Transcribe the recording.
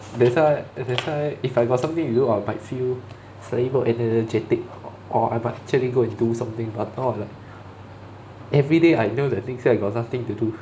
that's why that's why if I got something to do I might feel slightly more energetic or but I actually go and do something but now I'm like everyday I know that next day I got nothing to do